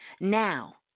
now